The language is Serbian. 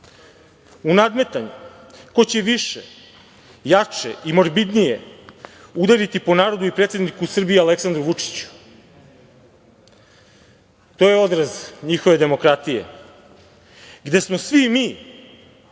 u nadmetanju ko će više, jače i morbidnije udariti po narodu i predsedniku Srbije Aleksandru Vučiću. To je odraz njihove demokratije, gde smo svi mi